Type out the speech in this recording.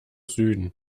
süden